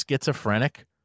schizophrenic